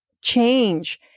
change